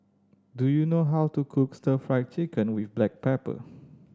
do you know how to cook Stir Fry Chicken with black pepper